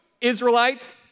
Israelites